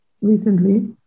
recently